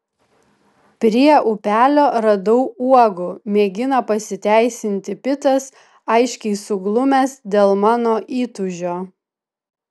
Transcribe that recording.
prie upelio radau uogų mėgina pasiteisinti pitas aiškiai suglumęs dėl mano įtūžio